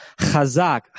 Chazak